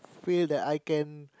feel that I can